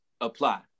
apply